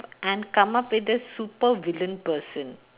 and come out with a super villain person